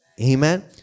Amen